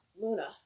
Luna